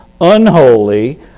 unholy